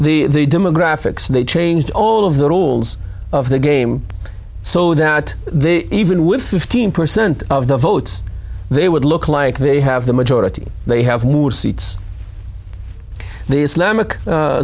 the demographics they changed all of the rolls of the game so that they even with fifteen percent of the votes they would look like they have the majority they have moved seats